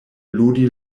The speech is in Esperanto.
ludi